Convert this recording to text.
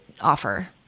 offer